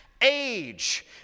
age